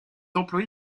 employé